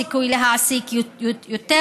סיכוי להעסיק יותר